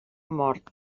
mort